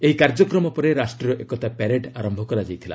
ଏହି କାର୍ଯ୍ୟକ୍ରମ ପରେ ରାଷ୍ଟ୍ରୀୟ ଏକତା ପ୍ୟାରେଡ ଆରମ୍ଭ କରାଯାଇଥିଲା